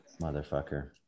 Motherfucker